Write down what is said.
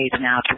now